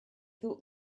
thought